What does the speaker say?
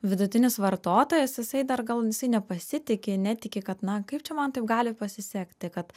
vidutinis vartotojas jisai dar gal jisai nepasitiki netiki kad na kaip čia man taip gali pasisekti kad